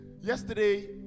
Yesterday